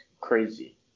crazy